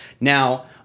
Now